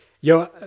Yo